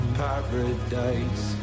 paradise